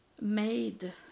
made